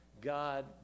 God